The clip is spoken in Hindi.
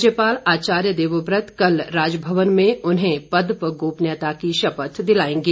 राज्यपाल आचार्य देवव्रत कल राजभवन में उन्हें पद व गोपनीयता की शपथ दिलाएंगे